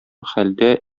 хәлдә